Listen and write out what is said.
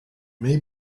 may